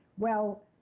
well,